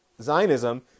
Zionism